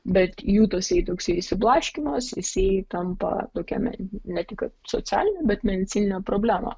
bet jų toksai toksai išsiblaškymas tampa tokia ne tik socialine bet medicinine problema